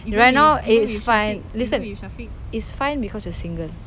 right now it's fine listen it's fine because you're single